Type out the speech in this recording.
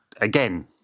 again